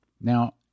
Now